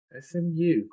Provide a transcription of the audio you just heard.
SMU